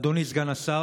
אדוני סגן השר,